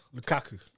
Lukaku